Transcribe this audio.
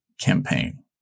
campaign